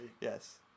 Yes